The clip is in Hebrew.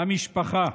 המשפחה.